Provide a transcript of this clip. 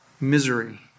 misery